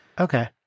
Okay